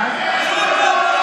בעד אלכס קושניר, בעד יואב קיש,